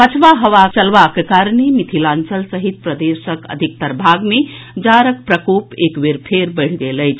पछवा हवा चलबाक कारणे मिथिलांचल सहित प्रदेशक अधिकतर भाग मे जाड़क प्रकोप एक बेर फेर बढ़ि गेल अछि